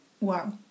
Wow